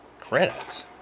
Credits